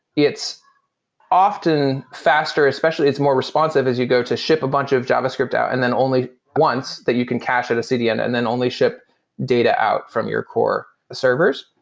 it's often faster, especially it's more responsive as you go to ship a bunch of javascript out and then only once that you can cache at a cdn and then only ship data out from your core servers.